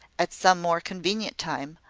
at some more convenient time,